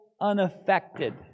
unaffected